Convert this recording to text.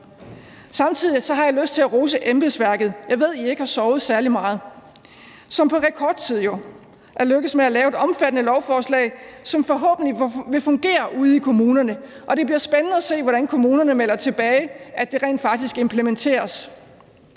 Samtidig har jeg lyst til at rose embedsværket – jeg ved, I ikke har sovet særlig meget – som på rekordtid jo er lykkedes med at lave et omfattende lovforslag, som forhåbentlig vil fungere ude i kommunerne. Og det bliver spændende at se, hvordan kommunerne melder tilbage det rent faktisk implementeres.